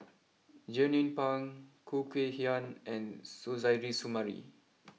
Jernnine Pang Khoo Kay Hian and Suzairhe Sumari